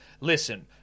Listen